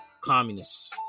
communists